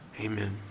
Amen